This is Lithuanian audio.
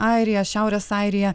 airija šiaurės airija